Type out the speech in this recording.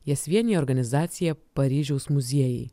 jas vienija organizacija paryžiaus muziejai